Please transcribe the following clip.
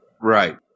Right